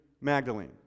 Magdalene